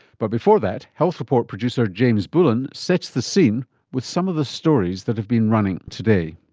but before that, health report producer james bullen sets the scene with some of the stories that have been running today.